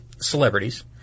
celebrities